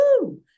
Woo